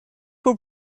were